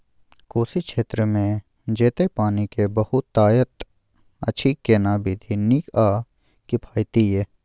कोशी क्षेत्र मे जेतै पानी के बहूतायत अछि केना विधी नीक आ किफायती ये?